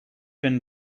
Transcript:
been